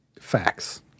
Facts